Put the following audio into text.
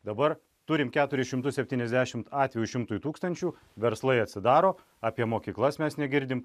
dabar turime keturis šimtus septyniasdešimt atvejų šimtui tūkstančių verslai atsidaro apie mokyklas mes negirdim